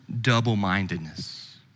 double-mindedness